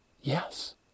Yes